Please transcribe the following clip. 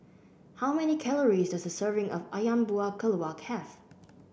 how many calories does a serving of ayam Buah Keluak have